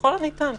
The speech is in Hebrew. ככל הניתן,